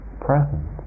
presence